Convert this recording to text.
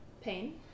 pain